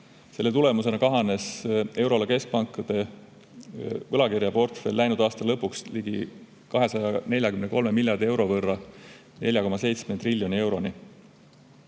Selle tulemusena kahanes euroala keskpankade võlakirjaportfell läinud aasta lõpuks ligi 243 miljardi euro võrra 4,7 triljoni euroni.